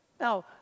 Now